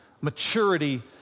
Maturity